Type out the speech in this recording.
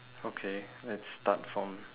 okay let's start from